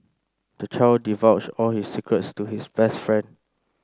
the child divulged all his secrets to his best friend